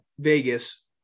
Vegas